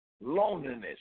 loneliness